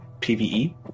PvE